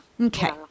Okay